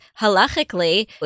halachically